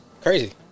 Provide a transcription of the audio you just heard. Crazy